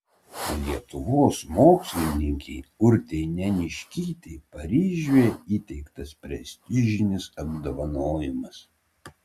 lietuvos mokslininkei urtei neniškytei paryžiuje įteiktas prestižinis apdovanojimas